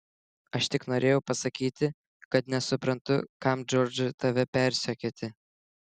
aš tik norėjau pasakyti kad nesuprantu kam džordžui tave persekioti